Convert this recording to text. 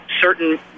certain